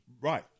Right